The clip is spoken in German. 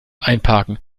einparken